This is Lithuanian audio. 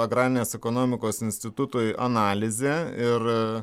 agrarinės ekonomikos institutui analizę ir